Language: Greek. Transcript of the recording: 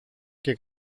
και